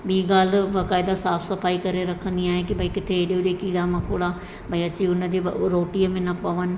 ॿी ॻाल्हि बकाए त साफ़ सफ़ाई करे रखंदी आहियां की भई किथे एॾे ओॾे कीड़ा मकोड़ा भई अची उन जे रोटीअ में न पवनि